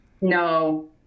No